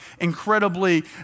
incredibly